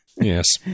Yes